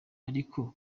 ariko